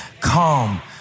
come